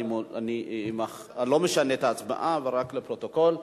אני לא משנה את ההצבעה, ורק לפרוטוקול.